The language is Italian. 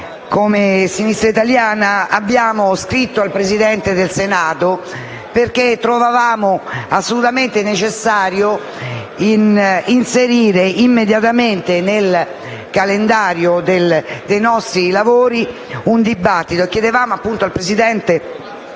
come Sinistra italiana, abbiamo scritto al Presidente del Senato, perché trovavamo assolutamente necessario inserire immediatamente nel calendario del nostri lavori un dibattito. E chiedevamo appunto al presidente